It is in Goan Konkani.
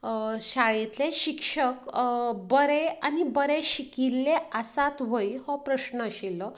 शाळेंतले शिक्षक बरें आनी बरें शिकिल्ले आसात व्हय हो प्रस्न आशिल्लो